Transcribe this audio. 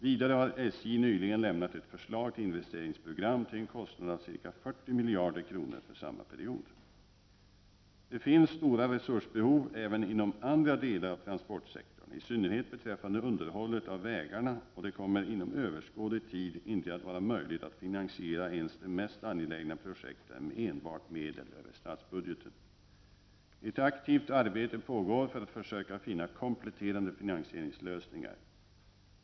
Vidare har SJ nyligen lämnat ett förslag till investeringsprogram till en kostnad av ca 40 miljarder kronor för samma period. Det finns stora resursbehov även inom andra delar av transportsektorn, i synnerhet beträffande underhållet av vägarna, och det kommer inom överskådlig tid inte att vara möjligt att finansiera ens de mest angelägna projekten med enbart medel över statsbudgeten. Ett aktivt arbete pågår för att försöka finna kompletterande finansieringslösningar.